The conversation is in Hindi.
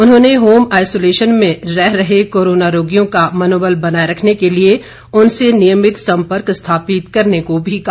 उन्होंने होम आईसोलशन में रह रहे कोरोना रोगियों का मनोबल बनाये रखने के लिए उनसे नियमित संपर्क स्थापित करने को भी कहा